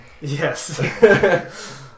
Yes